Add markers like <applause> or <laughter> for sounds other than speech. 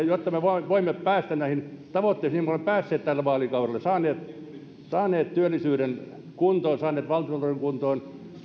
<unintelligible> jotta me olemme voineet päästä näihin tavoitteisiin niin kuin me olemme päässeet tällä vaalikaudella ja saaneet työllisyyden kuntoon saaneet valtiontalouden kuntoon